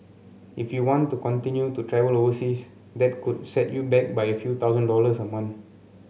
if you want to continue to travel overseas that could set you back by a few thousand dollars a month